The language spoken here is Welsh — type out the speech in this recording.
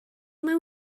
mewn